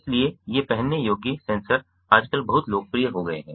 इसलिए ये पहनने योग्य सेंसर आजकल बहुत लोकप्रिय हो गए हैं